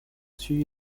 suivi